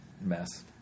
mess